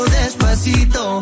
despacito